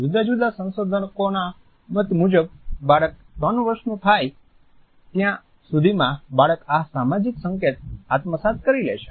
જુદા જુદા સંશોધકોના મત મુજબ બાળક 3 વર્ષનું થાય ત્યાં સુધીમાં બાળક આ સામાજિક સંકેત આત્મસાત કરી લે છે